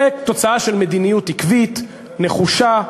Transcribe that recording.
זה תוצאה של מדיניות עקבית, נחושה,